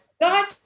God